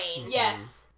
Yes